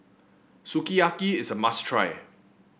sukiyaki is a must try